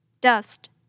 Dust